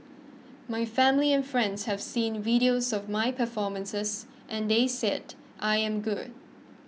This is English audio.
my family and friends have seen videos of my performances and they said I am good